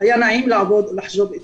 היה נעים לעבוד איתה.